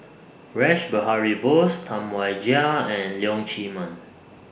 Rash Behari Bose Tam Wai Jia and Leong Chee Mun